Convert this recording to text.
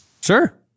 Sure